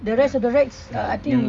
the rest of the rides I think